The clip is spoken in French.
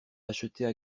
achetées